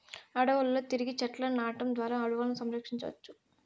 అడవులలో తిరిగి చెట్లను నాటడం ద్వారా అడవులను సంరక్షించవచ్చు